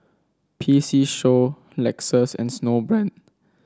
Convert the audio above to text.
P C Show Lexus and Snowbrand